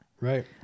Right